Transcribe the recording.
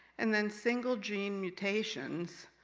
and then single gene mutations,